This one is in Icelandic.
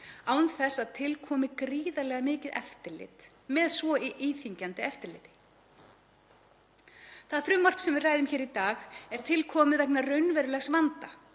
án þess að til komi gríðarlega mikið eftirlit með svo íþyngjandi eftirliti. Það frumvarp sem við ræðum hér í dag er til komið vegna raunverulegs vanda;